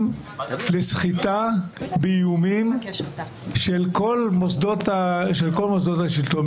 לסחיטה באיומים של כל מוסדות השלטון.